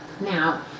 Now